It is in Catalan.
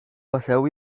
poseu